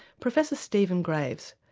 professor stephen graves,